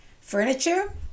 Furniture